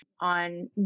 on